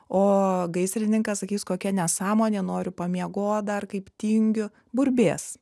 o gaisrininkas sakys kokia nesąmonė noriu pamiegot dar kaip tingiu burbės